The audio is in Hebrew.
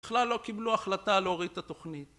בכלל לא קיבלו החלטה להוריד את התוכנית